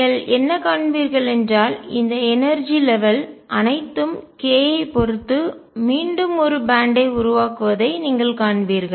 நீங்கள் என்ன காண்பீர்கள் என்றால் இந்த எனர்ஜி லெவல் ஆற்றல் மட்டங்கள் அனைத்தும் K ஐப் பொறுத்து மீண்டும் ஒரு பேன்ட் பட்டை ஐ உருவாக்குவதை நீங்கள் காண்பீர்கள்